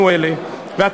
לא?